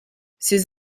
ces